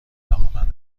علاقمند